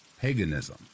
paganism